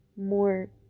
More